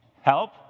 Help